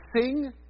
sing